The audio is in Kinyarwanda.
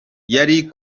yari